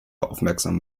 aufmerksam